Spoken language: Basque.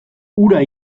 ura